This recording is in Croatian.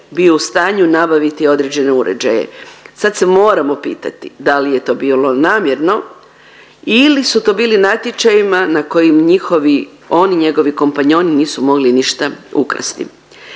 bio u stanju nabaviti određene uređaje. Sad se moramo pitati da li je to bilo namjerno ili su to bili natječaji na kojim njihovi on i njegovi kompanjoni nisu mogli ništa ukrasti.